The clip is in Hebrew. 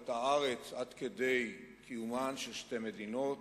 את הארץ עד כדי קיומן של שתי מדינות,